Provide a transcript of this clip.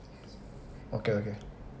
okay okay